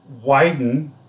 widen